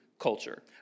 culture